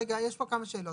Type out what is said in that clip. רגע, יש פה כמה שאלות.